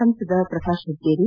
ಸಂಸದ ಪ್ರಕಾಶ್ ಹುಕ್ಷೇರಿ